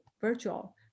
virtual